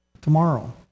tomorrow